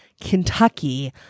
Kentucky